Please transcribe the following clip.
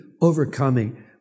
overcoming